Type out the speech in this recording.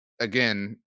again